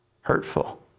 Hurtful